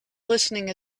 listening